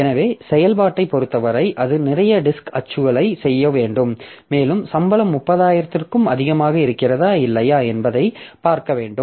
எனவே செயல்பாட்டைப் பொருத்தவரை அது நிறைய டிஸ்க் அச்சுகளைச் செய்ய வேண்டும் மேலும் சம்பளம் 30000 க்கும் அதிகமாக இருக்கிறதா இல்லையா என்பதைப் பார்க்க வேண்டும்